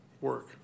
work